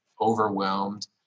overwhelmed